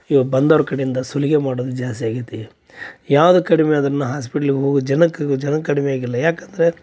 ಇವ ಬಂದೋರ ಕಡಿಯಿಂದ ಸುಲಿಗೆ ಮಾಡೋದು ಜಾಸ್ತಿ ಆಗೈತಿ ಯಾವ್ದು ಕಡಿಮೆ ಆದರೂನು ಹಾಸ್ಪೆಟ್ಲಿಗೆ ಹೋಗೊ ಜನಕ್ಕೆ ಜನ ಕಡಿಮೆ ಆಗಿಲ್ಲ ಯಾಕಂದರೆ